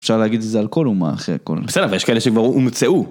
אפשר להגיד את זה על כל אומה, אחרי הכול... -בסדר, אבל יש כאלה שכבר הומצאו.